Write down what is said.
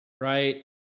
right